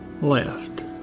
left